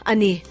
Ani